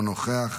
אינו נוכח.